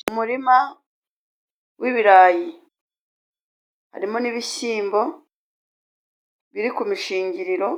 Mu umurima w'ibirayi harimo n'ibishyimbo biri ku mishingiriro,